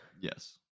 Yes